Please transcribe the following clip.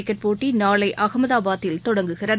cricket போட்டி நாளை அகமதாபாத்தில் தொடங்குகிறது